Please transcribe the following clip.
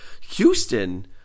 Houston